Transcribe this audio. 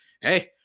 hey